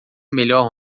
melhor